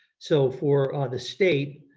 so for the state,